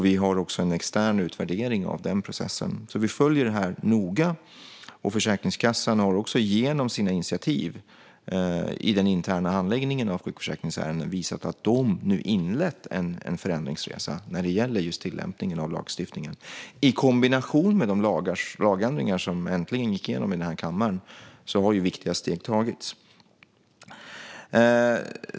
Vi har också en extern utvärdering av den processen. Vi följer alltså detta noga. Försäkringskassan har också genom sina initiativ i den interna handläggningen av sjukförsäkringsärenden visat att de nu har inlett en förändringsresa när det gäller just tillämpningen av lagstiftningen. I kombination med de lagändringar som äntligen gick igenom i denna kammare har viktiga steg tagits.